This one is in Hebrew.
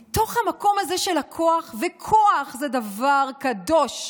מתוך המקום הזה של הכוח, וכוח הוא דבר קדוש,